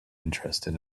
interested